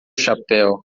chapéu